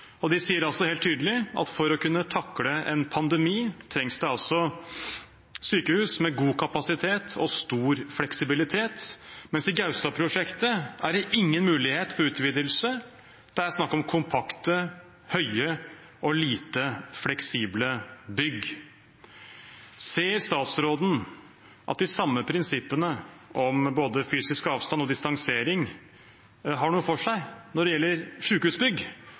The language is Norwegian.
De sier også helt tydelig at for å kunne takle en pandemi trengs det sykehus med god kapasitet og stor fleksibilitet. Men i Gaustad-prosjektet er det ingen mulighet for utvidelse – det er snakk om kompakte, høye og lite fleksible bygg. Ser statsråden at de samme prinsippene om både fysisk avstand og distansering har noe for seg når det gjelder